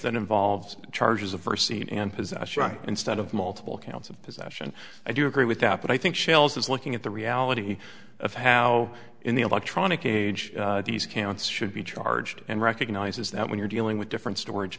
that involves charges of first seat and possession instead of multiple counts of possession i do agree with that but i think shell's is looking at the reality of how in the electronic age these counts should be charged and recognizes that when you're dealing with different storage